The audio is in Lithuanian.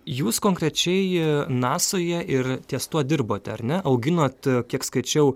jūs konkrečiai nasoje ir ties tuo dirbot ar ne auginot kiek skaičiau